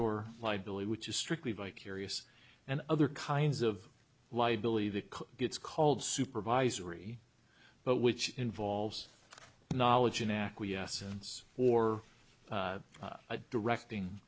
or liability which is strictly vicarious and other kinds of liability that gets called supervisory but which involves knowledge and acquiescence or directing